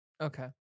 Okay